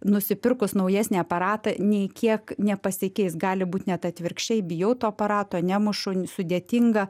nusipirkus naujesnį aparatą nei kiek nepasikeis gali būt net atvirkščiai bijau to aparato nemušu sudėtinga